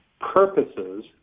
purposes